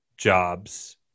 jobs